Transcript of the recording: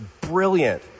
brilliant